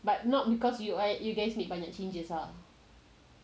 but not because you guys made banyak changes ah